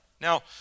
Now